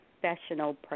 professional